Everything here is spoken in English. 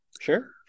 Sure